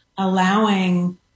allowing